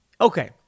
Okay